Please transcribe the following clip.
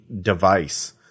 device